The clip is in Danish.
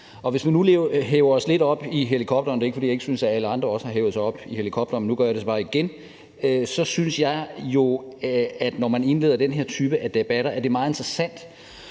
men nu gør jeg det så bare igen – så synes jeg jo, at når man indleder den her type af debatter, er det meget interessant